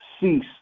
Cease